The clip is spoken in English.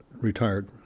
retired